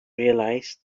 realized